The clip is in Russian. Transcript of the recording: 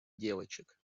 девочек